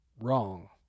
Wrong